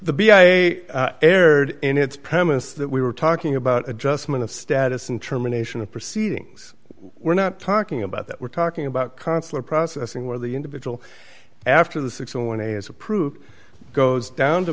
erred in its premise that we were talking about adjustment of status and terminations of proceedings we're not talking about that we're talking about consular processing where the individual after the six when a is approved goes down to